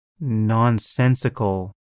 nonsensical